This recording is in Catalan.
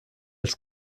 els